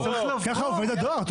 כך עובד הדואר.